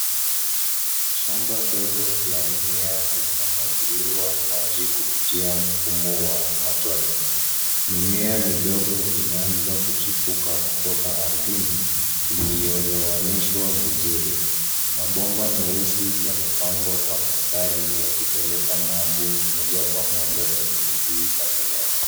Shamba dogo la mimea linamwagiliwa maji kupitia mfumo wa matone. Mimea midogo imeanza kuchipuka kutoka ardhini iliyolowanishwa vizuri. Mabomba meusi yamepangwa kwa mistari yakipeleka maji moja kwa moja kwenye mizizi za mimea.